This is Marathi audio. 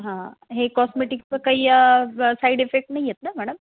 हां हे कॉस्मेटिकचं काही साईड इफेक्ट नाही आहेत ना मॅडम